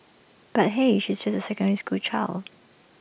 but hey she's just A secondary school child